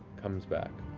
comes back.